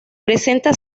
presenta